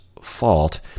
fault